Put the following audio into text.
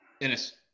Innis